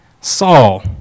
Saul